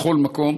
בכל מקום,